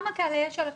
יש על הכביש.